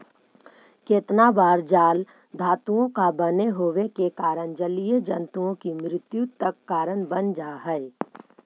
केतना बार जाल धातुओं का बने होवे के कारण जलीय जन्तुओं की मृत्यु तक का कारण बन जा हई